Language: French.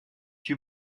tue